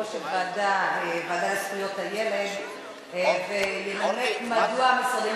יושב-ראש הוועדה לזכויות הילד וינמק מדוע המשרדים